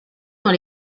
dans